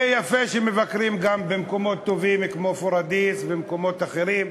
ויפה שמבקרים גם במקומות טובים כמו פוריידיס ומקומות אחרים.